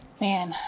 man